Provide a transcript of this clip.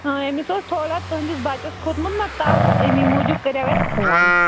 اۭں أمِس اوس تھوڑا تٔہنٛدِس بچس کھوتمُت تَپھ أمی موٗجوٗب کَریٚو اَسہٕ فون